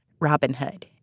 Robinhood